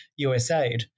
USAID